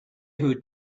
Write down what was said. who